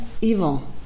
evil